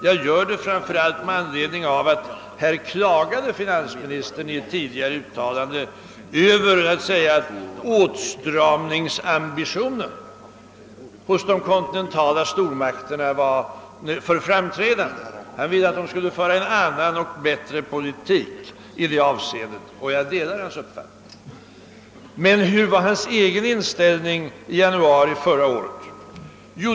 Jag gör det framför allt med anledning av att finansministern tidigare i dag klagade över att åtstramningsambitionen hos de kontinentala stormakterna var för framträdande. Han ville att de skulle föra en annan och bättre politik i detta avseende, och jag delar hans uppfattning. Men hurudan var hans egen inställning i januari förra året?